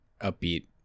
upbeat